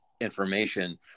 information